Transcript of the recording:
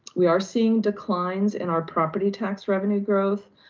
we are seeing declines in our property tax revenue growth,